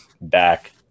back